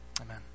amen